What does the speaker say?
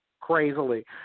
crazily